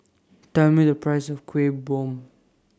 Tell Me The priceS of Kuih Bom